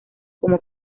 como